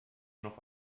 noch